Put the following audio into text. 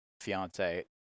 fiance